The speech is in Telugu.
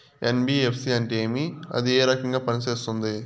ఎన్.బి.ఎఫ్.సి అంటే ఏమి అది ఏ రకంగా పనిసేస్తుంది